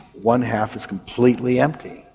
one half is completely empty.